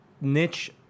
niche